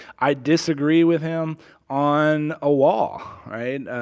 i disagree with him on a wall, right?